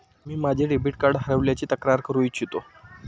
मी माझे debit card हरवल्याची तक्रार करू इच्छितो